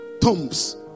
tombs